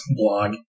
blog